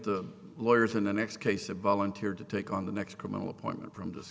the lawyers in the next case of volunteer to take on the next criminal appointment from this